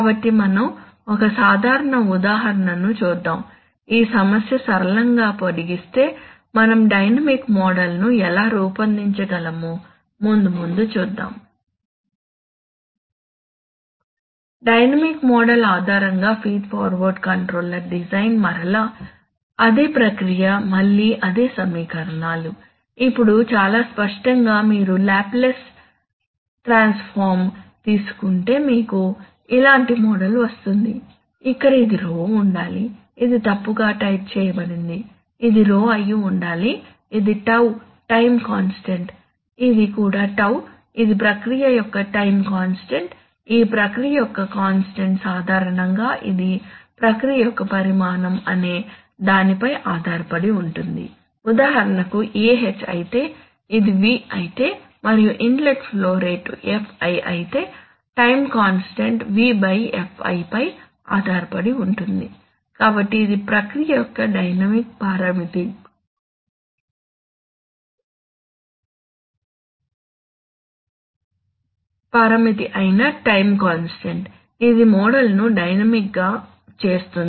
కాబట్టి మనం ఒక సాధారణ ఉదాహరణను చూద్దాం ఈ సమస్య సరళంగా పొడిగిస్తే మనం డైనమిక్ మోడల్ను ఎలా రూపొందించగలము ముందు ముందు చూద్దాం డైనమిక్ మోడల్ ఆధారంగా ఫీడ్ఫార్వర్డ్ కంట్రోలర్ డిజైన్ మరలా అదే ప్రక్రియ మళ్ళీ అదే సమీకరణాలు ఇప్పుడు చాలా స్పష్టంగా మీరు లాప్లేస్ ట్రాన్స్ఫార్మ్ తీసుకుంటే మీకు ఇలాంటి మోడల్ వస్తుంది ఇక్కడ ఇది రో ఉండాలి ఇది తప్పుగా టైప్ చేయబడింది ఇది రో అయి ఉండాలి ఇది టౌ టైమ్ కాన్స్టాంట్ ఇది కూడా టౌ ఇది ప్రక్రియ యొక్క టైమ్ కాన్స్టాంట్ ఈ ప్రక్రియ యొక్క కాన్స్టాంట్ సాధారణంగా ఇది ప్రక్రియ యొక్క పరిమాణం అనే దానిపై ఆధారపడి ఉంటుంది ఉదాహరణకు Ah అయితే ఇది V అయితే మరియు ఇన్లెట్ ఫ్లో రేటు Fi అయితే టైమ్ కాన్స్టాంట్ V Fi పై ఆధారపడి ఉంటుంది కాబట్టి ఇది ప్రక్రియ యొక్క డైనమిక్ పారామితి అయిన టైమ్ కాన్స్టాంట్ ఇది మోడల్ను డైనమిక్గా చేస్తుంది